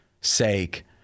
sake